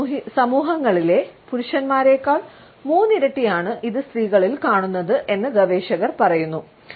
വ്യത്യസ്ത സമൂഹങ്ങളിലെ പുരുഷന്മാരേക്കാൾ മൂന്നിരട്ടിയാണ് ഇത് സ്ത്രീകളിൽ കാണുന്നത് എന്ന് ഗവേഷകർ പറയുന്നു